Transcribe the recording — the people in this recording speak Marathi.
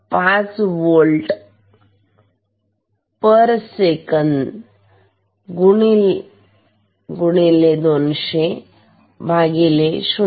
तर अंदाजे इनपुट 5 vsec x 200 0